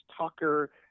Tucker